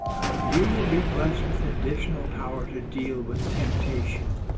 that you will be blessed with additional power to deal with temptation,